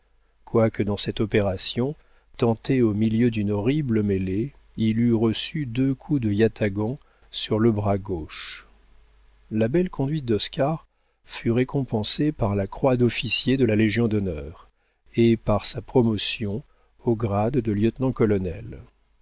quoique dans cette opération tentée au milieu d'une horrible mêlée il eût reçu deux coups de yatagan sur le bras gauche la belle conduite d'oscar fut récompensée par la croix d'officier de la légion-d'honneur et par sa promotion au grade de lieutenant-colonel